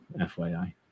FYI